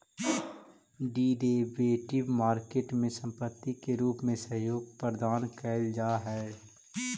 derivative market में संपत्ति के रूप में सहयोग प्रदान कैल जा हइ